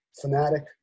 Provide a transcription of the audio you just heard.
Fanatic